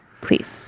Please